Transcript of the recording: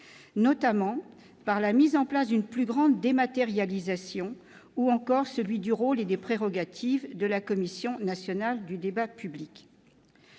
notamment par la mise en place d'une plus grande dématérialisation, ou encore l'accroissement du rôle et des prérogatives de la Commission nationale du débat public.